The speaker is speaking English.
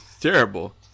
Terrible